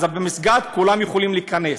אז במסגד כולם יכולים להיכנס,